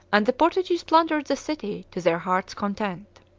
and the portuguese plundered the city to their hearts' content.